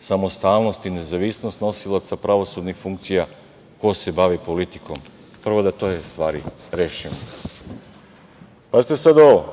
samostalnost i nezavisnost nosilaca pravosudnih funkcija ko se bavi politikom. Prvo, da te stvari rešimo. Pazite sada ovo,